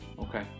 Okay